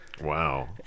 wow